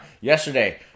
yesterday